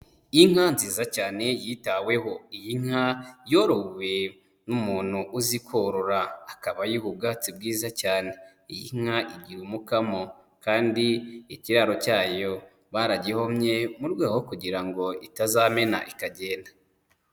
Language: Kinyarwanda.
Inka nziza cyane yitaweho. Iyi nka yorowe n'umuntu uzikorora, akaba ayiha ubwatsi bwiza cyane. Iyi inka igira umukamo kandi ikiraro cyayo baragihomye mu rwego rwo kugira ngo itazamena ikagenda.